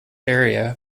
area